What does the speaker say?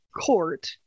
Court